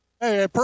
hey